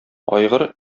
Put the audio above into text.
айгыр